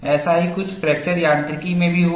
ऐसा ही कुछ फ्रैक्चर यांत्रिकी में भी हुआ